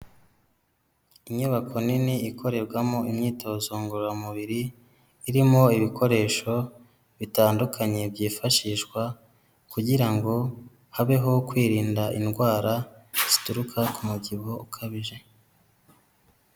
Inyubako nini ikorerwamo imyitozo ngororamubiri, irimo ibikoresho bitandukanye byifashishwa kugira ngo habeho kwirinda indwara zituruka ku mubyibuho ukabije.